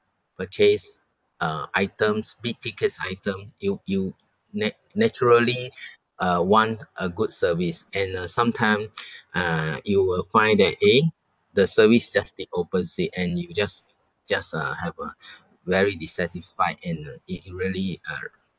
purchase uh items big tickets item you you nat~ naturally uh want a good service and uh sometime uh you will find that eh the service just the opposite and you just just uh have a very dissatisfied and uh it it really uh